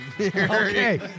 Okay